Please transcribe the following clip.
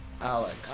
Alex